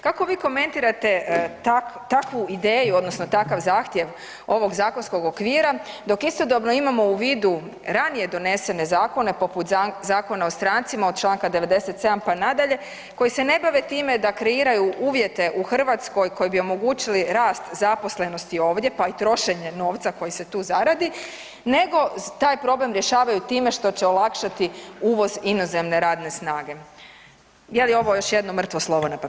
Kako vi komentirate takvu ideju odnosno takav zahtjev ovog zakonskog okvira dok istodobno imamo u vidu ranije donesene zakone poput Zakona o strancima od čl. 97., pa nadalje, koji se ne bave time da kreiraju uvjete u Hrvatskoj koji bi omogućili rast zaposlenosti ovdje, pa i trošenje novca koji se tu zaradi nego taj problem rješavaju time što će olakšati uvoz inozemne radne snage, je li ovo još jedno mrtvo slovo na papiru?